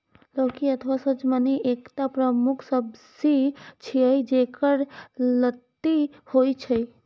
लौकी अथवा सजमनि एकटा प्रमुख सब्जी छियै, जेकर लत्ती होइ छै